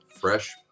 fresh